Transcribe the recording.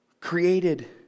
created